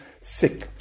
sick